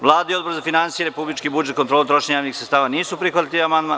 Vlada i Odbor za finansije, republički budžet i kontrolu trošenja javnih sredstava nisu prihvatili amandman.